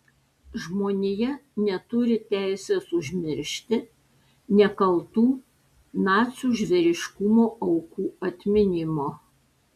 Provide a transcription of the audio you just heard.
žmonija neturi teisės užmiršti nekaltų nacių žvėriškumo aukų atminimo